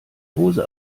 hose